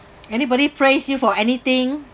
anybody praised you for anything